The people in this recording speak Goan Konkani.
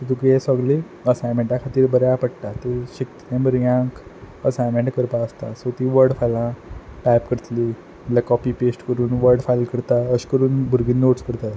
सो तुका हें सगलें असायनमेंटा खातीर बऱ्या पडटा शिकता त्या भुरग्यांक असायनमेंट करपा आसता सो तीं वर्ड फायलां टायप करतलीं लायक कॉपी पेस्ट करून वर्ड फायल करतात अशें करून भुरगीं नोट्स करतात